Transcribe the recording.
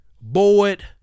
Boyd